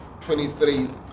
23